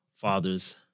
father's